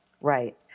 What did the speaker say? right